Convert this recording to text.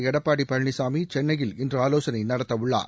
எடப்பாடி பழனிசாமி சென்னையில் இன்று ஆலோசனை நடத்தவுள்ளார்